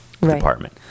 department